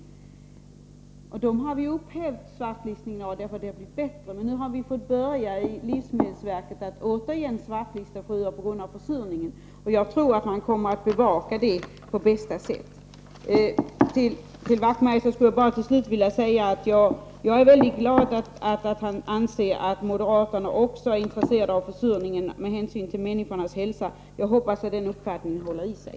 Svartlistningen av dem har vi upphävt därför att det har blivit bättre. Men nu har livsmedelsverket återigen fått börja att svartlista sjöar på grund av Nr 134 försurningen. Jag tror att man kommer att bevaka det på bästa sätt. Till Wachtmeister vill jag bara till sist säga att jag är mycket glad att han anser att moderaterna också är intresserade av försurningen med hänsyn till människornas hälsa. Jag hoppas att den uppfattningen håller i sig.